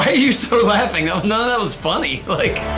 you so laughing up now that was funny like